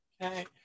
Okay